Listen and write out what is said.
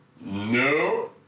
No